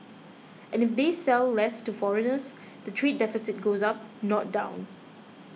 and if they sell less to foreigners the trade deficit goes up not down